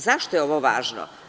Zašto je ovo važno?